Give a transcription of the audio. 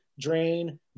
drain